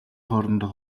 хоорондоо